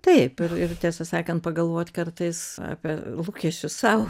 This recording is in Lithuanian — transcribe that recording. taip ir tiesą sakant pagalvot kartais apie lūkesčius sau